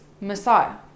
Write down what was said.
messiah